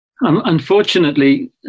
unfortunately